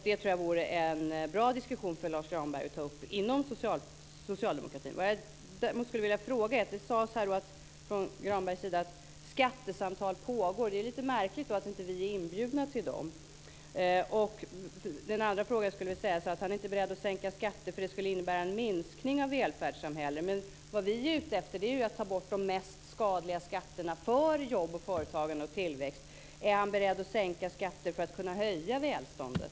Det tror jag vore en bra diskussion för Lars Granberg att ta upp inom socialdemokratin. Jag ska ställa en fråga. Granberg sade att skattesamtal pågår. Då är det lite märkligt att vi inte är inbjudna till dem. Han säger också att han inte är beredd att sänka skatter eftersom det skulle innebära en minskning av välfärdssamhället. Men vad vi är ute efter är att ta bort de mest skadliga skatterna för jobb, företagande och tillväxt. Är Lars Granberg beredd att sänka skatter för att kunna höja välståndet?